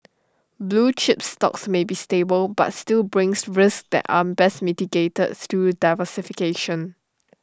blue chip stocks may be stable but still brings risks that are best mitigated through diversification